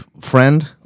friend